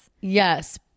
Yes